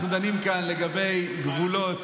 אנחנו דנים כאן לגבי גבולות,